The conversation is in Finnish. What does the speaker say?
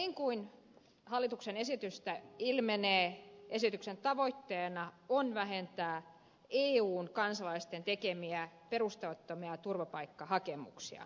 niin kuin hallituksen esityksestä ilmenee esityksen tavoitteena on vähentää eun kansalaisten tekemiä perusteettomia turvapaikkahakemuksia